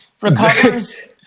recovers